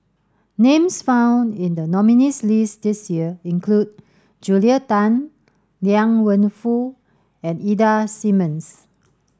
names found in the nominees' list this year include Julia Tan Liang Wenfu and Ida Simmons